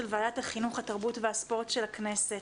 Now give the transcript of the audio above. ועדת החינוך התרבות והספורט של הכנסת.